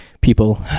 people